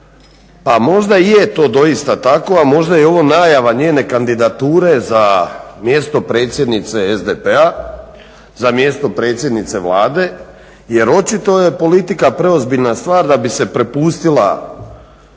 pa možda i je to doista tako, a možda je ovo i najava njene kandidature za mjesto predsjednice SDP-a, za mjesto predsjednice Vlade jer očito je politika preozbiljna stvar da bi se prepustila